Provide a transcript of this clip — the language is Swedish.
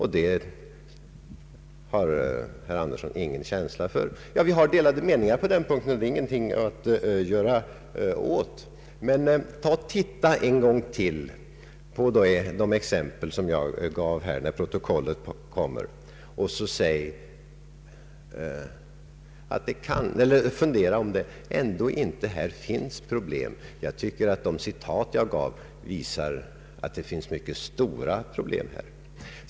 Herr Andersson har ingen känsla för det. Vi har delade meningar på den punkten, och det är ingenting att göra åt. Men ta och titta en gång till på de exempel som jag gav, när protokollet kommer, och fundera på om det ändå inte här finns problem! Jag tycker att de citat jag läste upp visar att det finns mycket stora problem här.